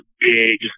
big